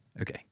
Okay